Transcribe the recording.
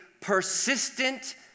persistent